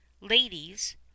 ladies